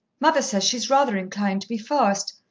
mother says she's rather inclined to be fast.